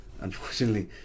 unfortunately